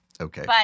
Okay